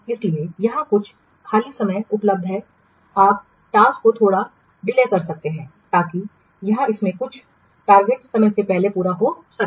इसलिए यहां कुछ खाली समय उपलब्ध है आप कार्य को थोड़ा विलंबित कर सकते हैं ताकि यह इसके लक्ष्य समय से पहले पूरा हो सके